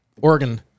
Oregon